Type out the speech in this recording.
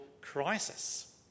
crisis